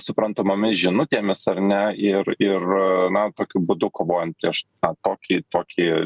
suprantamomis žinutėmis ar ne ir ir tokiu būdu kovojant prieš tokį tokį